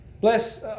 Bless